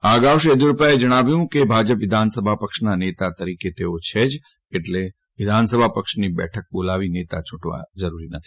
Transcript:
આ અગાઉ શ્રી યેદયુરપ્પાએ જણાવ્યું કે ભાજપ વિધાનસભા પક્ષના નેતા તરીકે તેઓ છે જ એટલે વિધાનસભા પક્ષની બેઠક બોલાવી નેતા ચૂંટવાની જરુર નથી